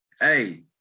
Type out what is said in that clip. hey